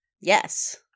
Yes